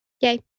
Yay